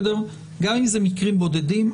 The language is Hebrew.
גם אם אלה מקרים בודדים,